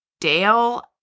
Dale